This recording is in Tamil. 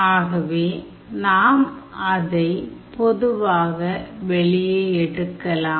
ஆதலால் நாம் அதைப் பொதுவாக வெளியே எடுக்கலாம்